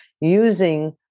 using